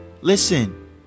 Listen